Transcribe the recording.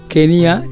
Kenya